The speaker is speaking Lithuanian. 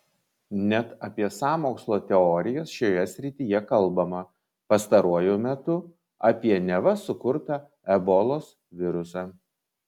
net apie sąmokslo teorijas šioje srityje kalbama pastaruoju metu apie neva sukurtą ebolos virusą